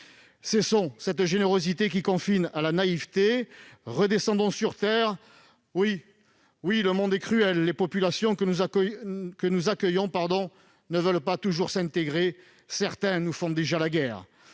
Cessons avec cette générosité qui confine à la naïveté ! Redescendons sur terre ! Le monde est cruel et les populations que nous accueillons ne veulent pas toujours s'intégrer : certaines nous font déjà la guerre.